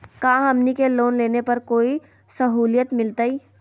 का हमनी के लोन लेने पर कोई साहुलियत मिलतइ?